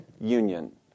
union